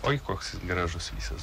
oi koks jis gražus visas